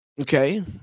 okay